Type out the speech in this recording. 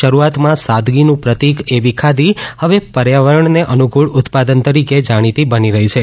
શરૂઆતમાં સાદગીનું પ્રતિક એવી ખાદી હવે પર્યાવરણને અનુકૂળ ઉત્પાદન તરીકે જાણીતી બની રહી છે